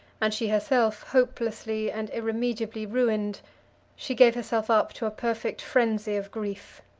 and she herself hopelessly and irremediably ruined she gave herself up to a perfect frensy of grief.